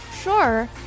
Sure